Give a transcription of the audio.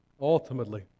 Ultimately